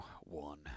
one